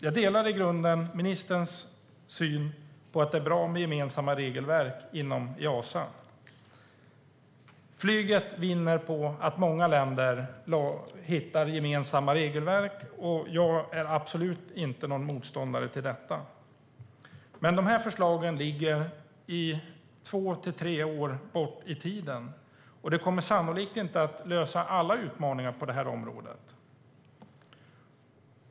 Jag delar ministerns syn på att det är bra med gemensamma regelverk inom Easa. Flyget vinner på att många länder hittar gemensamma regelverk. Jag är absolut inte någon motståndare till det. Men de förslagen ligger två till tre år bort i tiden, och de kommer sannolikt inte att lösa alla utmaningar på området.